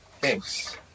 thanks